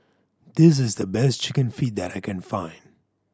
this is the best Chicken Feet that I can find